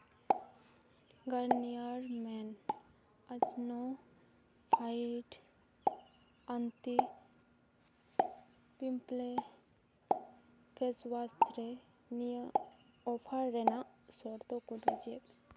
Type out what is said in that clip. Garnier men acno fight anti pimple face wash ᱨᱮ ᱱᱤᱭᱟᱹ offer ᱨᱮᱭᱟᱜ ᱥᱚᱨᱛᱚ ᱠᱚᱫᱚ ᱪᱮᱫ